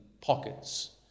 pockets